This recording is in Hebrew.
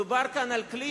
מדובר כאן על כלי,